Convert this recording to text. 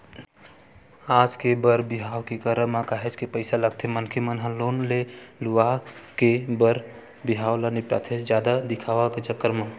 आज के बर बिहाव के करब म काहेच के पइसा लगथे मनखे मन ह लोन ले लुवा के बर बिहाव ल निपटाथे जादा दिखावा के चक्कर म